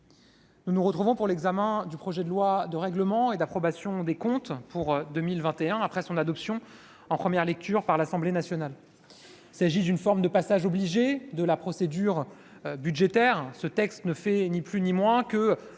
Nous nous retrouvons pour l'examen du projet de loi de règlement et d'approbation des comptes pour 2021 après son adoption en première lecture par l'Assemblée nationale, il s'agit d'une forme de passage obligé de la procédure budgétaire, ce texte ne fait ni plus ni moins que